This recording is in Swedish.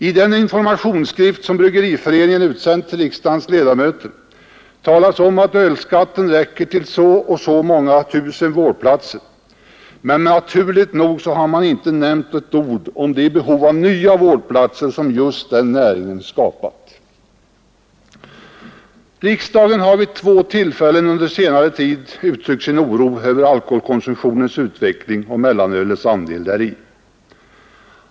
I en informationsskrift som Bryggareföreningen utsänt till riksdagens ledamöter talas om att ölskatten räcker till så och så många tusen vårdplatser, men naturligt nog nämns inte ett ord om det behov av nya vårdplatser som just den näringen skapat. Riksdagen har vid två tillfällen under senare tid uttryckt sin oro över alkoholkonsumtionens utveckling och mellanölets andel däri.